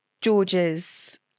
George's